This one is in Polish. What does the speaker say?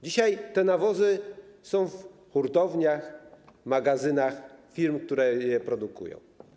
Dzisiaj te nawozy są w hurtowniach, magazynach firm, które je produkują.